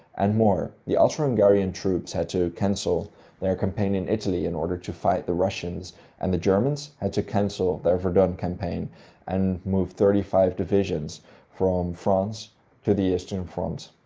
and more the austro-hungarian troops had to cancel their campaign in italy in order to fight the russians and the germans had to cancel their verdun campaign and move thirty-five divisions from france to the eastern front.